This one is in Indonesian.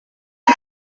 apa